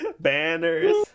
banners